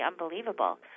unbelievable